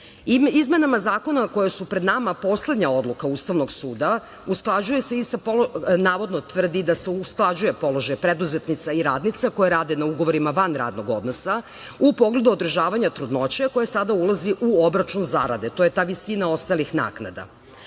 zakona koje su pred nama poslednja odluka Ustavnog suda usklađuje se, navodno se tvrdi da se usklađuje položaj preduzetnika i radnica koje rade na ugovorima van radnog odnosa u pogledu održavanja trudnoće koje sada ulazi u obračun zarade. To je ta visina ostalih naknada. Na